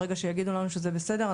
ברגע שיגידו לנו שזה בסדר,